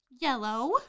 Yellow